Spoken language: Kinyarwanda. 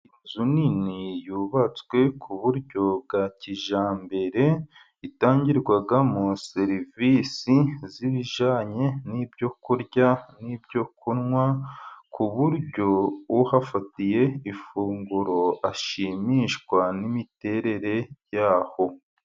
Inzu nini yubatswe ku buryo bwa kijyambere itangirwamo serivisi z'ibijyanye n'ibyo kurya, n'ibyo kunywa, ku buryo uhafatiye ifunguro ashimishwa n'imiterere yaho.